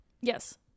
Yes